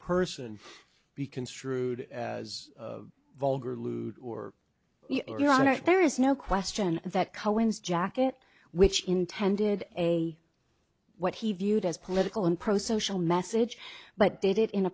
person be construed as vulgar lewd or your honor there is no question that cohen's jacket which intended a what he viewed as political and pro social message but did it in a